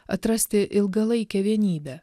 atrasti ilgalaikę vienybę